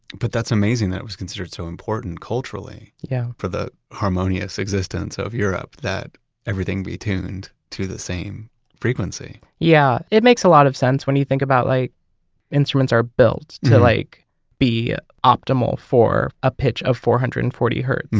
but that's amazing that it was considered so important culturally yeah for the harmonious existence of europe that everything be tuned to the same frequency yeah, it makes a lot of sense when you think about like instruments are built to like be optimal for a pitch of four hundred and forty hertz,